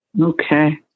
Okay